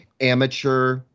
amateur